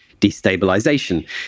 destabilization